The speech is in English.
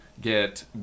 get